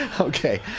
Okay